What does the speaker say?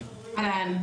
אהלן,